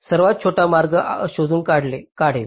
हा सर्वात छोटा मार्ग शोधून काढेल